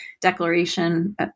declaration